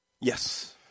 Yes